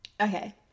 Okay